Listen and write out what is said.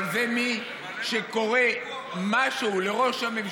וכשקורה משהו לראש הממשלה,